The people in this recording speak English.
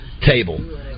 table